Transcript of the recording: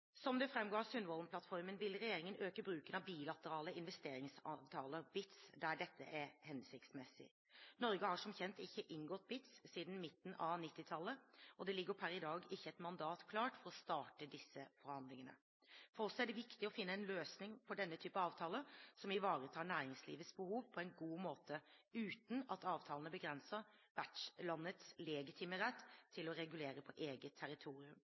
Som det framgår av Sundvolden-plattformen, vil regjeringen øke bruken av bilaterale investeringsavtaler – BITs – der dette er hensiktsmessig. Norge har som kjent ikke inngått BITs siden midten av 1990-tallet, og det ligger per i dag ikke et mandat klart for å starte disse forhandlingene. For oss er det viktig å finne en løsning for denne type avtaler som ivaretar næringslivets behov på en god måte, uten at avtalene begrenser vertslandets legitime rett til å regulere på eget territorium.